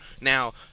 Now